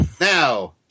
now